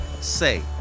Say